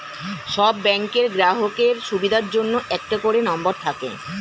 সব ব্যাংকের গ্রাহকের সুবিধার জন্য একটা করে নম্বর থাকে